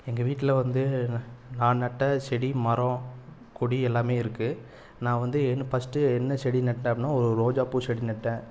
எங்கள் வீட்டில் வந்து நான் நட்ட செடி மரம் கொடி எல்லாமே இருக்குது நான் வந்து என் ஃபர்ஸ்ட்டு என்ன செடி நட்டேன்னால் ஒரு ரோஜாப் பூ செடி நட்டேன்